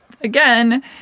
again